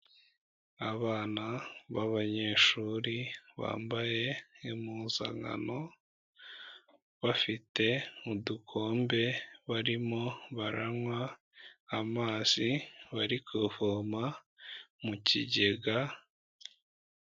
Abana b'abanyeshuri bambaye impuzankano bafite udukombe barimo baranywa amazi bari kuvoma mu kigega.